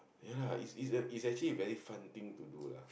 ya lah its its its actually a very fun thing to do lah